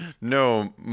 no